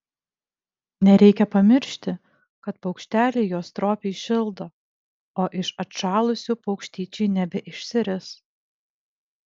nereikia pamiršti kad paukšteliai juos stropiai šildo o iš atšalusių paukštyčiai nebeišsiris